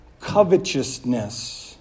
covetousness